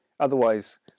Otherwise